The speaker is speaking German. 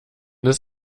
des